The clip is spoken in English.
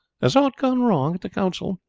has aught gone wrong at the council?